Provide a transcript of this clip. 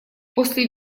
после